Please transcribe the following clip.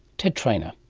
ted trainer.